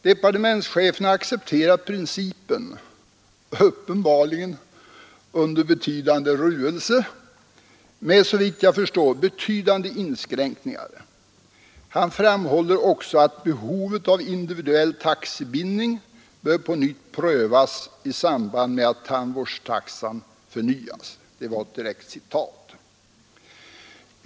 Departementschefen har accepterat principen uppenbarligen under betydande ruelse och med, såvitt jag förstår, betydande inskränkningar. Han framhåller också att ”behovet av individuell taxebindning bör på nytt prövas i samband med att tandvårdstaxan förnyas”.